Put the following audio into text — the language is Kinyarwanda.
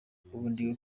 ndi